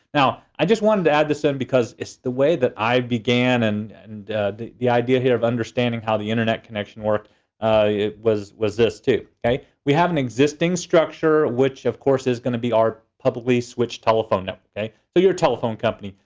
now, i just wanted to add this in because it's the way that i began, and and the the idea here of understanding how the internet connection worked was was this, too, okay. we have an existing structure, which, of course, is gonna be our publicly switched telephone network. okay, so you're a telephone company.